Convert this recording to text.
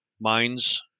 minds